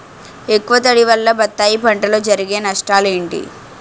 ఎక్కువ తడి వల్ల బత్తాయి పంటలో జరిగే నష్టాలేంటి?